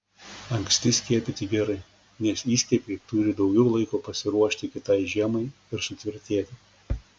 anksti skiepyti gerai nes įskiepiai turi daugiau laiko pasiruošti kitai žiemai ir sutvirtėti